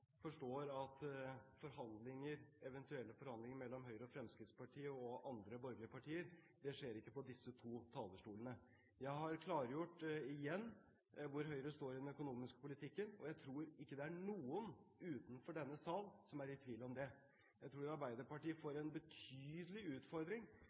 forstår at eventuelle forhandlinger mellom Høyre og Fremskrittspartiet og andre borgerlige partier ikke skjer på disse to talerstolene. Jeg har klargjort igjen hvor Høyre står i den økonomiske politikken, og jeg tror ikke det er noen utenfor denne sal som er i tvil om det. Jeg tror Arbeiderpartiet